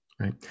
Right